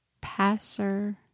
passer